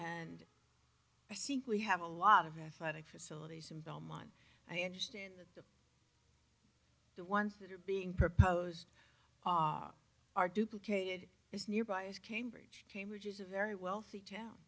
and i think we have a lot of athletic facilities in belmont i understand that the ones that are being proposed off are duplicated is nearby is cambridge cambridge is a very wealthy town